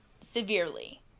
severely